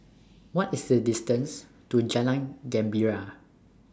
What IS The distance to Jalan Gembira